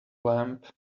lamp